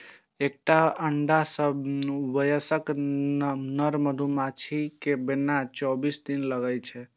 एकटा अंडा सं वयस्क नर मधुमाछी कें बनै मे चौबीस दिन लागै छै